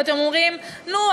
ואתם אומרים: נו,